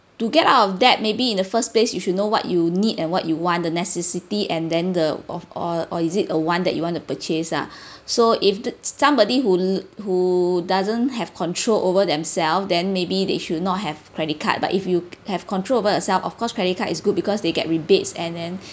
to get out of debt maybe in the first place you should know what you need and what you want the necessity and then the of or or is it a want that you want to purchase ah so if somebody who who doesn't have control over themselves then maybe they should not have credit card but if you have control over yourself of course credit card is good because they get rebates and then